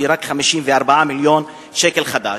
שהיא רק 54 מיליון שקל חדש,